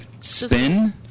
spin